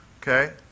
Okay